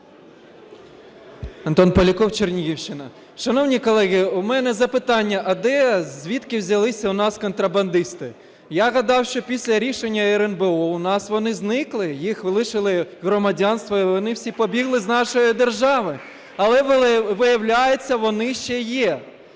Антон Поляков, Чернігівщина. Шановні колеги, у мене запитання, а звідки взялися у нас контрабандисти? Я гадав, що після рішення РНБО у нас вони зникли, їх лишили громадянства і вони всі побігли з нашої держави, але виявляється вони ще є.